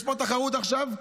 יש פה תחרות עכשיו.